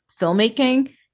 filmmaking